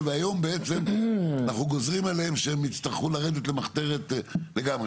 בעצם אנחנו גוזרים עליהם שהם יצטרכו לרדת למחתרת לגמרי.